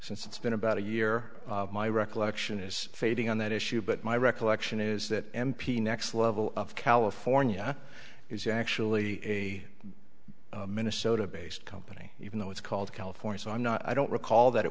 since it's been about a year my recollection is fading on that issue but my recollection is that m p next level of california is actually a minnesota based company even though it's called california so i'm not i don't recall that it